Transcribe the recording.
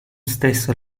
stesso